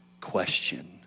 question